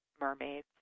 mermaids